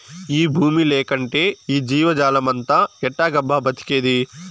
ఈ బూమి లేకంటే ఈ జీవజాలమంతా ఎట్టాగబ్బా బతికేది